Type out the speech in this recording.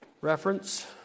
reference